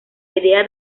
idea